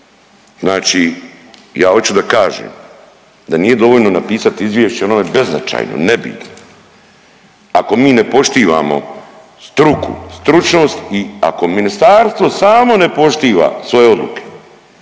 Znači ja oću da kažem da nije dovoljno napisati izvješće, ono je beznačajno, nebitno ako mi ne poštivamo struku, stručnost i ako ministarstvo samo ne poštiva svoje odluke.